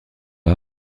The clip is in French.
pas